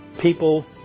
people